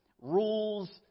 rules